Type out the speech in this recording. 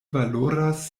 valoras